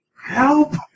Help